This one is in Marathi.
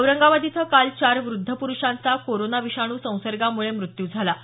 औरंगाबाद इथं काल चार वृद्ध पुरुषांचा कोरोना विषाणू संसर्गामुळे मृत्यू झाला आहे